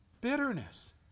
bitterness